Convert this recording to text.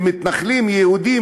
למתנחלים יהודים,